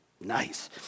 Nice